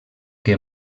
que